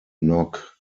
knock